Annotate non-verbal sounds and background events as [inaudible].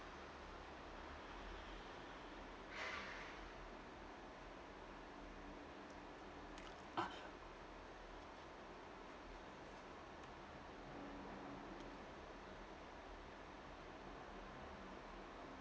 [noise] ah [breath]